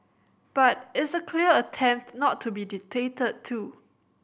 but it's a clear attempt not to be dictated to